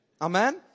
Amen